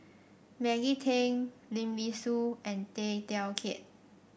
Maggie Teng Lim Nee Soon and Tay Teow Kiat